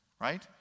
right